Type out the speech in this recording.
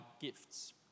gifts